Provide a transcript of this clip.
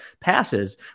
passes